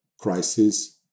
crisis